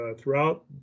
throughout